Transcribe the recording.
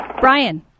Brian